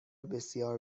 بسیار